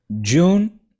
June